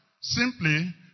simply